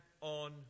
on